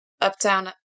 Uptown